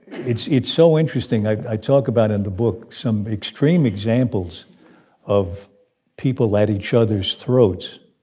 it's it's so interesting. i talk about in the book some extreme examples of people at each other's throats,